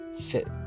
fit